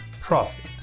profit